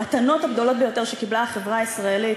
המתנות הגדולות ביותר שקיבלה החברה הישראלית,